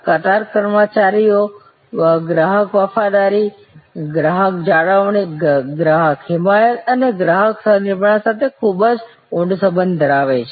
કતાર કર્મચારીઓ ગ્રાહક વફાદારી ગ્રાહક જાળવણી ગ્રાહક હિમાયત અને ગ્રાહક સહ નિર્માણ સાથે ખૂબ જ ઊંડો સંબંધ ધરાવે છે